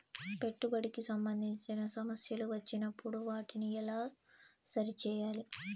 పెట్టుబడికి సంబంధించిన సమస్యలు వచ్చినప్పుడు వాటిని ఎలా సరి చేయాలి?